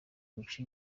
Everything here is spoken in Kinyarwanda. guca